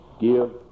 give